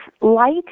light